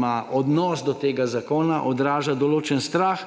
pa odnos do tega zakona odraža določen strah,